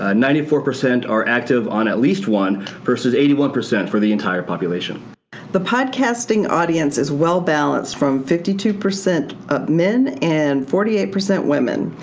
ah ninety four percent are active on at least one versus eighty one percent for the entire population. kelley the podcasting audience is well balanced from fifty two percent ah men and forty eight percent women.